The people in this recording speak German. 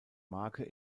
marke